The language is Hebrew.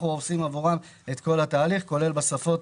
אנחנו עושים עבורם את כל התהליך, כולל בשפות